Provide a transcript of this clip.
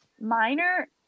minor